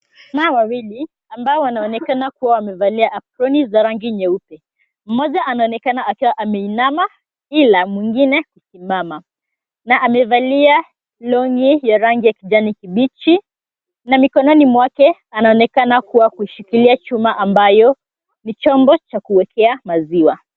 Kuna hawa wawili ambao wanaonekana kua wamevalia aproni za rangi nyeupe. Mmoja anaonekana akiwa ameinama ila mwengine kusimama, na amevalia longi ya rangi ya kijani kibichi na mikononi mwake anaonekana kua kuiishikilia chuma ambayo ni chambo cha kuwekea maziwa.